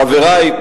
חברי,